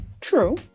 True